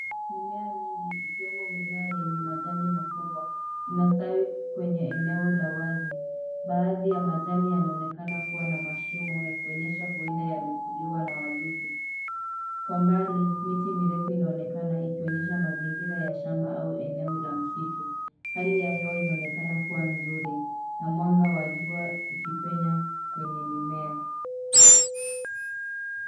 Mimea mingi ikiwemo mimea yenye majani makubwa, inastawi kwenye eneo la wazi, baadhi ya majani yanaonekana kuwa na mashimo yakionyesha huenda yamekuliwa na wadudu. Kwa mbali miti mirefu inaonekana, ikionyesha mazingira ya shamba au eneo la msitu. Hali ya hewa inaonekana kuwa nzuri na mwanga wa jua ukipenya kwenye mimea.